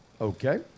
Okay